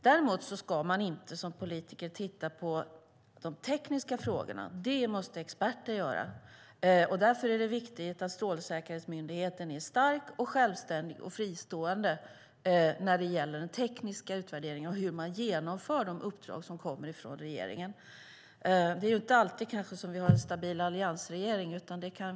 Däremot ska man inte som politiker titta på de tekniska frågorna. Det måste experter göra, och därför är det viktigt att Strålsäkerhetsmyndigheten är stark, självständig och fristående när det gäller den tekniska utvärderingen och hur man genomför de uppdrag som kommer från regeringen. Det är kanske inte alltid vi har en stabil alliansregering.